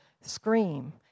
scream